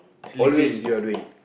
always earring